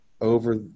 over